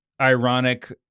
ironic